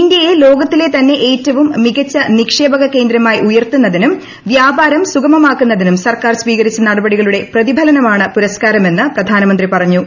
ഇന്ത്യയെ ലോകത്തിലെ തന്നെ ഏറ്റവും മികച്ച നിക്ഷേപക കേന്ദ്രമാക്കി ഉയർത്തുന്നതിനും വ്യാപാരം സുഗമമാക്കുന്നതിനും സർക്കാർ സ്വീകരിച്ച നടപടികളുടെ പ്രതിഫലനമാണ് പുരസ്കാരം എന്ന് പ്രധാനമന്ത്രി പറഞ്ഞു